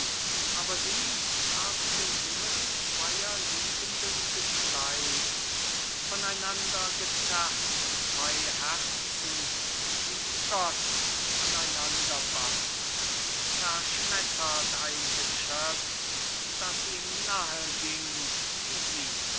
aber sie haben den himmel zweier liebenden geschleift von einander gezerrt zwei herzen die gott aneinander band zerschmettert ein geschöpf das ihm nahe ging wie sie